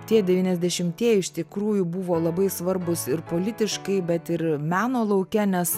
tie devyniasdešimtieji iš tikrųjų buvo labai svarbūs ir politiškai bet ir meno lauke nes